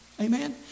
Amen